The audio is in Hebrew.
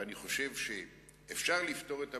ואני חושב שאפשר לפתור את הבעיה,